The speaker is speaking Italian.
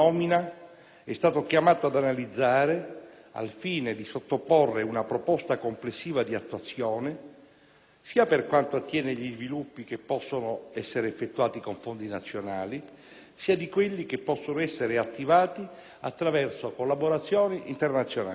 è stato chiamato ad analizzare al fine di sottoporre una proposta complessiva di attuazione, sia per quanto attiene gli sviluppi che possono essere sostenuti con fondi nazionali, sia per quanto attiene gli sviluppi che possono derivare da collaborazioni internazionali.